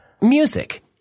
music